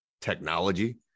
technology